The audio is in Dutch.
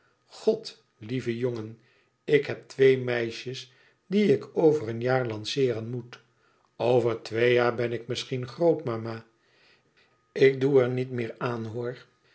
god lieve jongen ik eb twee meisjes die ik over een jaar lanceeren moet over wee jaar ben ik misschien grootmama ik doe er niet meer an hoor